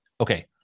Okay